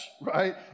right